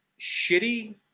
shitty